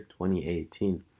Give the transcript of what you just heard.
2018